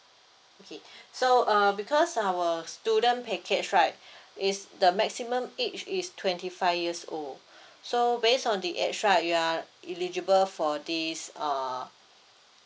okay so uh because our student package right is the maximum age is twenty five years old so based on the age right you are eligible for this err